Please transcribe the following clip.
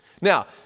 Now